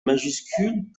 majuscule